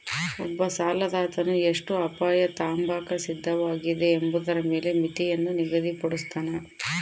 ಒಬ್ಬ ಸಾಲದಾತನು ಎಷ್ಟು ಅಪಾಯ ತಾಂಬಾಕ ಸಿದ್ಧವಾಗಿದೆ ಎಂಬುದರ ಮೇಲೆ ಮಿತಿಯನ್ನು ನಿಗದಿಪಡುಸ್ತನ